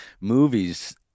movies